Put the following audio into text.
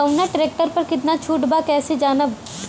कवना ट्रेक्टर पर कितना छूट बा कैसे जानब?